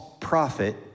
prophet